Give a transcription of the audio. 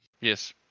yes